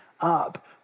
up